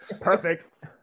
Perfect